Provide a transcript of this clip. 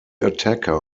attacker